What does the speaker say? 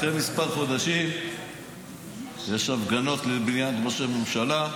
אחרי כמה חודשים יש הפגנות ליד בניין ראש הממשלה,